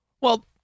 Well-